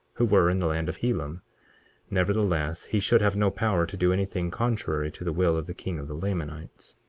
who were in the land of helam nevertheless he should have no power to do anything contrary to the will of the king of the lamanites.